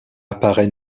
apparaît